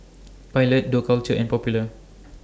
Pilot Dough Culture and Popular